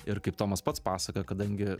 ir kaip tomas pats pasakojo kadangi